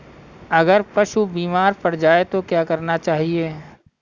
अगर पशु बीमार पड़ जाय तो क्या करना चाहिए?